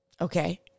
okay